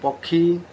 ପକ୍ଷୀ